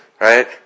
right